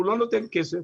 הוא לא נותן כסף,